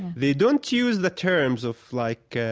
they don't use the terms of like